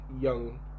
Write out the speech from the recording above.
young